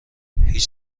هیچ